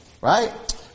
Right